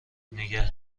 نگه